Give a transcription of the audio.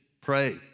pray